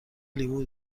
لیمو